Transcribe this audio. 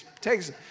takes